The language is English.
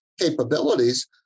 capabilities